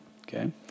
okay